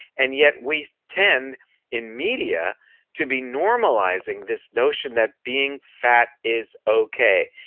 and yet, we tend in media to be normalizing this notion that being fat is okay.